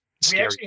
scary